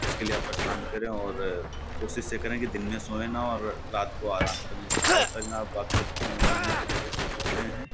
उसके लिए आप प्रस्थान करें और कोशिश ये करें कि दिन में सोए ना और रात को आराम करें इससे क्या होता है कि ना आप जब नियमित तरीके से सोते हैं